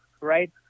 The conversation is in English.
right